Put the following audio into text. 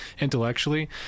intellectually